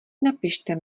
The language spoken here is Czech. napište